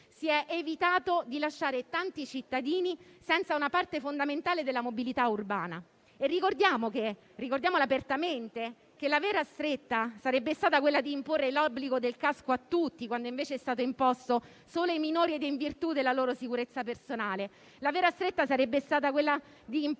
Si è evitato di lasciare tanti cittadini senza una parte fondamentale della mobilità urbana e ricordiamo apertamente che la vera stretta sarebbe stata quella di imporre l'obbligo del casco a tutti, quando invece è stato imposto solo ai minori ed in virtù della loro sicurezza personale;